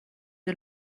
dés